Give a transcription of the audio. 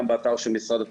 גם באתר של משרד התחבורה,